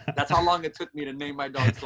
that's how long it took me to name my dog